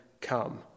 come